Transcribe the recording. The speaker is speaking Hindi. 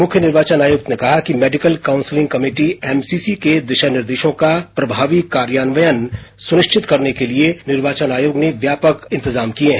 मुख्य निर्वाचन आयुक्त ने कहा कि मेडिकल काउंसलिंग कमेटी एमसीसी के दिशा निर्देशों का प्रभावी कार्यान्वयन सुनिश्चित करने के लिए निर्वाचन आयोग ने व्यापक इंतजाम किए हैं